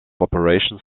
operations